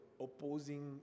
opposing